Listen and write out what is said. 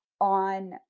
on